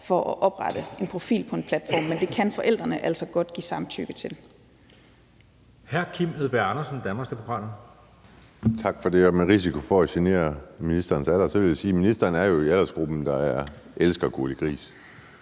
for at oprette en profil på en platform, men det kan forældrene altså godt give samtykke til.